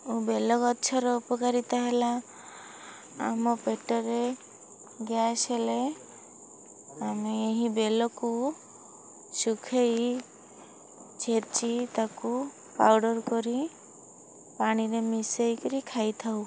ଓ ବେଲ ଗଛର ଉପକାରିତା ହେଲା ଆମ ପେଟରେ ଗ୍ୟାସ୍ ହେଲେ ଆମେ ଏହି ବେଲକୁ ଶୁଖାଇ ଛେଚି ତାକୁ ପାଉଡ଼ର କରି ପାଣିରେ ମିଶାଇକିରି ଖାଇ ଥାଉ